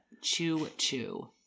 Choo-choo